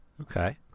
Okay